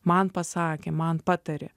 man pasakė man patarė